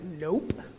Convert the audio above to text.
Nope